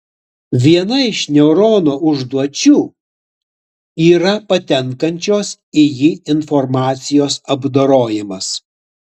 viena iš neurono užduočių yra patenkančios į jį informacijos apdorojimas